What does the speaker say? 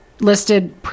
listed